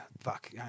Fuck